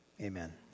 Amen